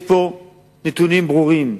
יש פה נתונים ברורים.